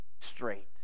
straight